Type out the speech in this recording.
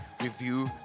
review